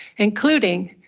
including